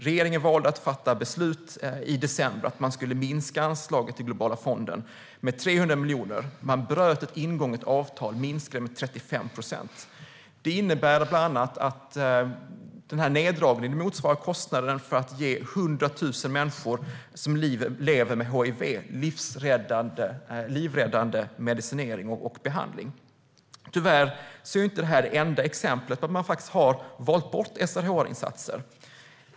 Regeringen valde att fatta beslut i december om att minska anslagen till Globala fonden med 300 miljoner. Man bröt ett ingånget avtal, och minskade det med 35 procent. Denna neddragning motsvarar kostnaden för att ge 100 000 människor som lever med hiv livräddande medicinering och behandling. Tyvärr är detta inte det enda exemplet på att man faktiskt har valt bort SRHR-insatser.